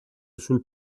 sul